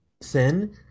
thin